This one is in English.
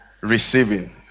receiving